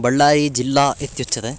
बळ्ळारी जिल्ला इत्युच्यते